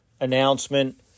announcement